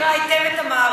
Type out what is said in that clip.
ענת מכירה היטב את המערכת.